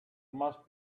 must